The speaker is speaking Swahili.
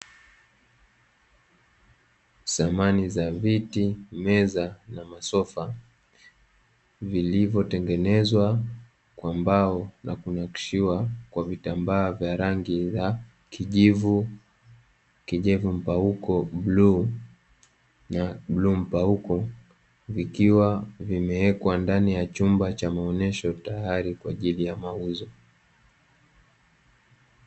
Samani za viti, meza na masofa vilivyotengenezwa kwa mbao na kunakshiwa kwa vitambaa vya rangi za kijivu, kijivu mpauko, bluu na bluu mpauko vikiwa vimeekwa ndani ya chumba cha maonyesho tayari kwa ajili ya mauzo.